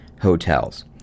hotels